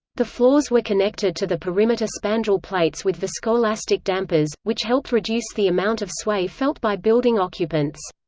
the floors were connected to the perimeter spandrel plates with viscoelastic dampers, which helped reduce the amount of sway felt by building occupants.